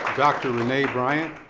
dr. renae bryant?